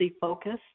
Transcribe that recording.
focus